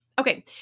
Okay